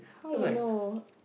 how you know